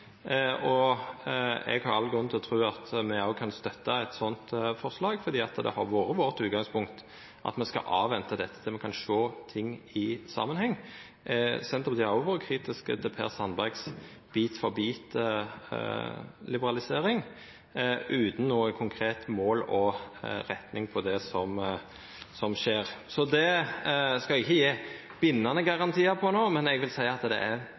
og eg har all grunn til å tru at me òg kan støtta eit sånt forslag. For det har vore vårt utgangspunkt at me skal avventa dette til me kan sjå ting i samanheng. Senterpartiet har òg vore kritisk til Per Sandbergs bit-for-bit-liberalisering utan konkret mål og retning på det som skjer. Eg skal ikkje gje bindande garantiar på det no, men eg vil seia at det er